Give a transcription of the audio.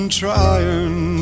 trying